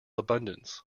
abundance